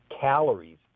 calories